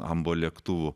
anbo lėktuvų